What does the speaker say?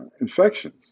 infections